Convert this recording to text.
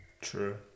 true